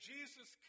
Jesus